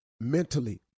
mentally